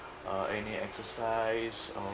uh any exercise